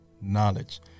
knowledge